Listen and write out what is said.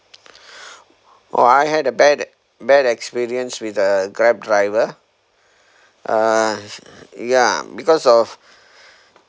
orh I had a bad bad experience with a grab driver uh yeah because of